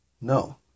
No